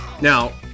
Now